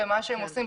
ומה שהם עושים,